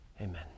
Amen